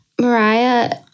Mariah